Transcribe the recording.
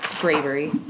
bravery